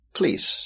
please